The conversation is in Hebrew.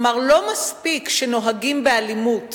כלומר, לא מספיק שנוהגים באלימות